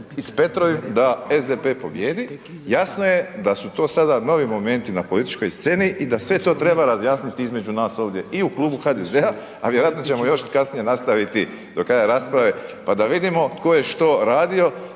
i s Petrovom da SDP pobijedi, jasno je da su sada to novi momenti na političkoj sceni i da sve to treba razjasniti između nas ovdje i u Klubu HDZ-a, a vjerojatno ćemo još kasnije nastaviti do kraja rasprave pa da vidimo tko je što radio,